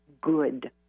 good